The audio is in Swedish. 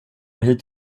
hit